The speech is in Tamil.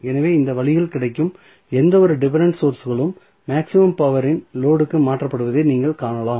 எனவே இந்த வழியில் கிடைக்கும் எந்தவொரு டிபென்டென்ட் சோர்ஸ்களும் மேக்ஸிமம் பவர் இன் லோடு க்கு மாற்றப்படுவதை நீங்கள் காணலாம்